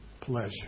pleasure